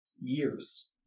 years